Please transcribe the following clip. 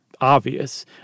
obvious